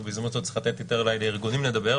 ובהזדמנות זו אולי צריך לתת לארגונים לדבר יותר,